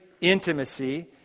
intimacy